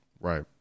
Right